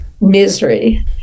misery